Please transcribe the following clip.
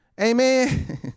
Amen